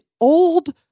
old